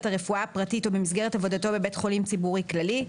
הרפואה הפרטית או במסגרת עבודתו בבית חולים ציבורי כללי,